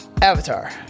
Avatar